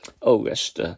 August